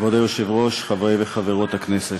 כבוד היושב-ראש, חברי וחברות הכנסת,